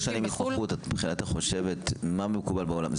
-- שלוש שנים נוכחות את חושבת מה מקובל בעולם.